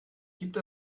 gibt